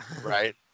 Right